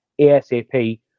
ASAP